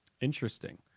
Interesting